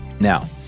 Now